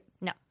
no